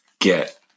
get